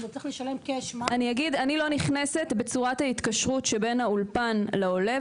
אני לא נכנסת בצורת ההתקשרות שבין האולפן לעולה,